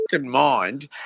mind